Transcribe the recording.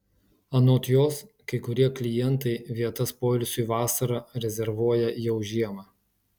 anot jos kai kurie klientai vietas poilsiui vasarą rezervuoja jau žiemą